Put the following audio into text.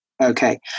Okay